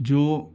جو